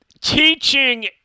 Teaching